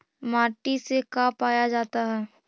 माटी से का पाया जाता है?